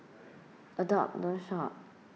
adopt don't shop